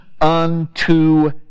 unto